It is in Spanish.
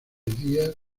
días